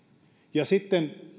sitten